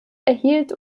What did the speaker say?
erhielt